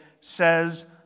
says